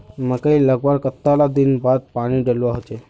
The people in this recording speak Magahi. मकई लगवार कतला दिन बाद पानी डालुवा होचे?